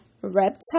reptile